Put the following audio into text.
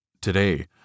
Today